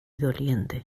doliente